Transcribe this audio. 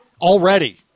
already